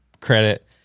credit